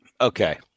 okay